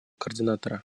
координатора